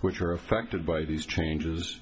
which are affected by these changes